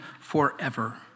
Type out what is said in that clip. forever